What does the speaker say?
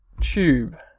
tube